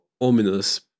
ominous